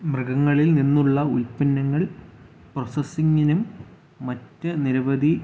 മൃഗങ്ങളിൽ നിന്നുള്ള ഉൽപന്നങ്ങൾ പ്രോസസിങ്ങിനും മറ്റ് നിരവധി